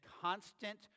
constant